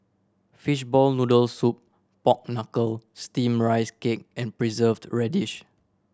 fishball noodle soup pork knuckle Steamed Rice Cake with and Preserved Radish